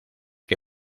que